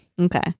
Okay